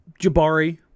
Jabari